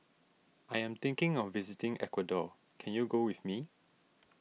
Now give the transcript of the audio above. I am thinking of visiting Ecuador can you go with me